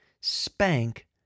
Spank